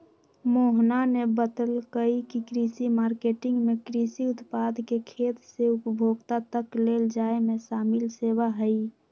मोहना ने बतल कई की कृषि मार्केटिंग में कृषि उत्पाद के खेत से उपभोक्ता तक ले जाये में शामिल सेवा हई